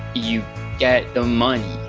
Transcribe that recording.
you get the money.